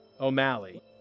O'Malley